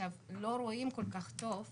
לא רואים כל כך טוב,